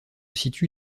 situe